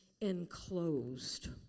enclosed